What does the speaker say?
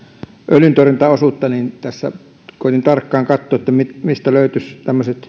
öljyntorjuntaosuutta niin koetin tarkkaan katsoa mistä löytyisivät